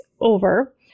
over